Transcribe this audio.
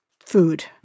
food